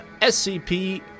SCP-